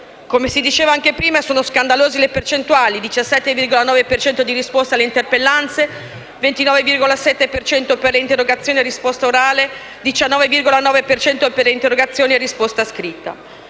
Come si diceva anche prima, sono scandalose le percentuali: 17,9 per cento di risposte alle interpellanze, 29,7 per cento per le interrogazioni a risposta orale, 19,9 per cento per le interrogazioni a risposta scritta.